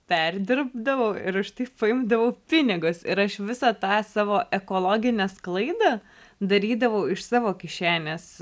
perdirbdavau ir už tai paimdavau pinigus ir aš visą tą savo ekologinę sklaidą darydavau iš savo kišenės